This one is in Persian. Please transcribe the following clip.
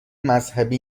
مذهبی